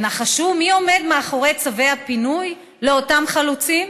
ונחשו מי עומד מאחורי צווי הפינוי לאותם חלוצים?